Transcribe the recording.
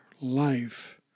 life